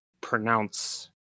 pronounce